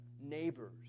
neighbors